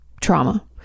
trauma